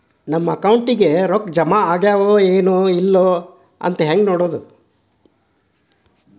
ನಮ್ಮ ಅಕೌಂಟಿಗೆ ರೊಕ್ಕ ಜಮಾ ಆಗ್ಯಾವ ಏನ್ ಇಲ್ಲ ಅಂತ ಹೆಂಗ್ ನೋಡೋದು?